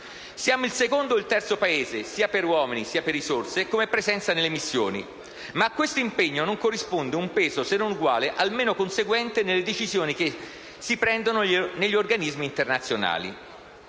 Siamo il secondo o il terzo Paese (sia per uomini sia per risorse) come presenza nelle missioni, ma a questo impegno non corrisponde un peso, se non uguale, almeno conseguente nelle decisioni che si prendono negli organismi internazionali.